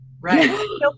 Right